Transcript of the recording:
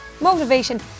motivation